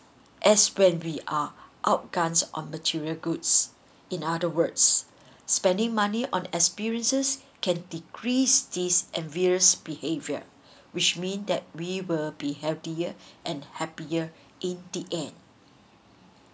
as when we are out guns on material goods in other words spending money on experiences can decrease these and various behaviour which means that we will be healthier and happier in the end